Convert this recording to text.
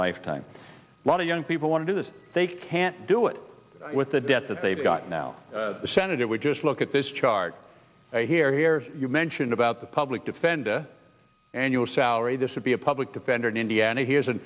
lifetime lot of young people want to do this they can't do it with the debt that they've got now senator we just look at this chart here here you mentioned about the public defender annual salary this would be a public defender in indiana he has an